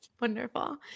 wonderful